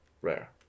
rare